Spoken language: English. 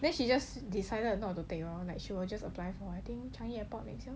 then she just decided to talk to the she will just apply for the changi airport places